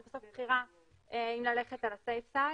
זה בסוף בחירה אם ללכת על הצד הבטוח,